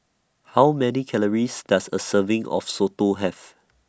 How Many Calories Does A Serving of Soto Have